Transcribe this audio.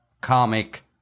karmic